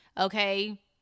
okay